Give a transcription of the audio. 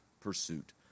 pursuit